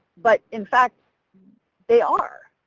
but in fact they are.